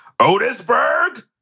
Otisberg